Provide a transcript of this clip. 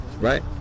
Right